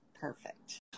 Perfect